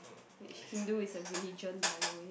which Hindu is a religion by the way